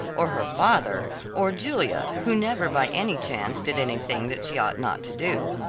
or her father or julia who never by any chance did anything that she ought not to do.